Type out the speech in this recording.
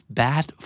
bad